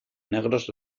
negros